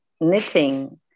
knitting